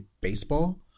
baseball